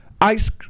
Ice